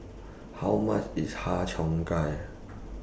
How much IS Har Cheong Gai